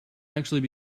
actually